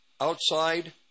outside